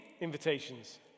invitations